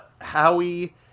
Howie